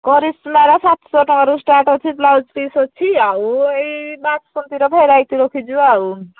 କରିସ୍ମାର ସାତଶହ ଟଙ୍କାରୁ ଷ୍ଟାର୍ଟ ଅଛି ବ୍ଲାଉଜ୍ ପିସ୍ ଅଛି ଆଉ ଏଇ ବାସନ୍ତୀର ଭେରାଇଟି ରଖିଛୁ ଆଉ